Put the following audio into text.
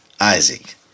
Isaac